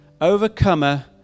Overcomer